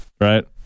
right